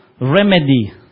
remedy